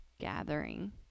gathering